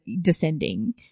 descending